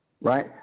right